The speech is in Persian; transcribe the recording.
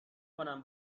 کنم